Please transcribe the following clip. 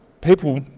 people